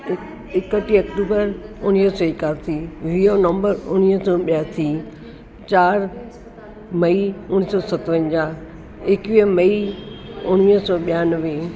एकटीह अक्टूबर उणिवीह सौ एकासी वीह नवंबर उणिवीह सौ ॿियासी चारि मई उणिवीह सौ सतवंजाहु एकवीह मई उणिवीह सौ ॿियानवे